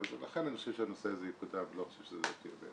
ולכן אני חושב שהנושא הזה יקודם ואני לא חושב שזו תהיה בעיה.